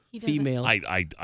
female